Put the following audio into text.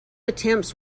attempts